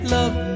Love